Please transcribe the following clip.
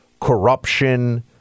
Corruption